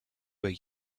were